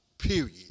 Period